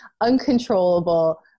uncontrollable